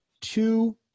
two